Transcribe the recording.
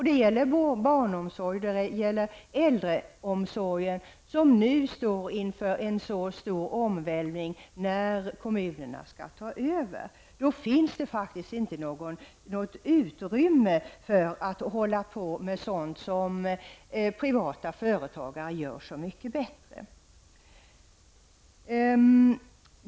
Det gäller barnomsorgen och det gäller äldreomsorgen, som nu står inför en så stor omvälvning när kommunerna skall ta över. Då finns det faktiskt inte något utrymme för att hålla på med sådant som privata företagare gör så mycket bättre.